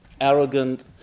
arrogant